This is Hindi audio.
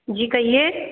जी कहिए